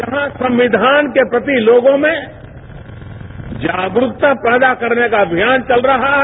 जहां संक्यान के प्रति लोगों में जागरूकता पैदा करने का अभियान चल रहा है